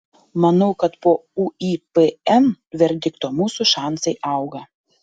manau kad po uipm verdikto mūsų šansai auga